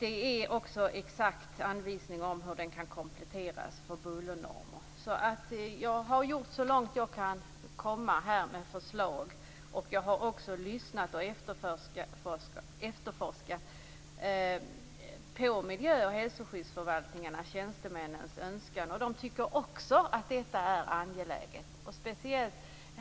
Det är också fråga om exakta anvisningar om hur lagen kan kompletteras med bullernormer. Jag har kommit med förslag så långt det går. Jag har också efterforskat tjänstemännens önskningar på miljö och hälsoskyddsförvaltningar.